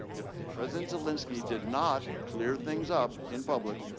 if president zelensky did not clear things up in public,